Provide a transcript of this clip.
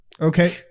Okay